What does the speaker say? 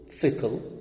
fickle